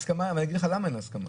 אני אגיד לך למה אין הסכמה.